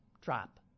drop